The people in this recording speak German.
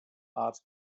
art